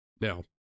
now